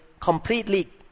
completely